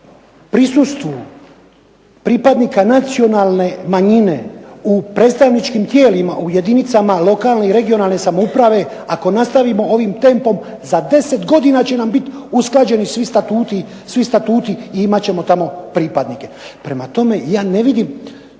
prisustvu pripadnika Nacionalne manjine u predstavničkim tijelima u jedinicama lokalne i regionalne samouprave ako nastavimo ovim tempom za 10 godina će nam biti usklađeni svi statuti i ima ćemo tamo pripadnike. Prema tome, ja ne vidim